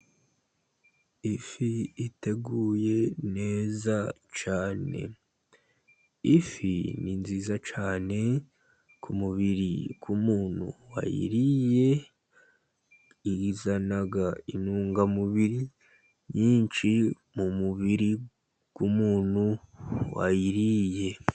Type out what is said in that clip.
Ifi iteguye neza cyane. Ifi ni nziza cyane ku mubiri w'umuntu wayiriye, izana intungamubiri nyinshi mu mubiri w'umuntu wayiriye.